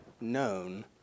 known